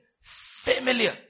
familiar